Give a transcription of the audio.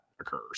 Occurs